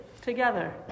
together